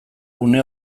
une